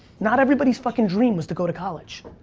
not everybody's fucking dream was to go to college.